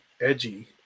edgy